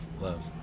love